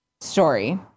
story